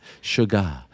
Sugar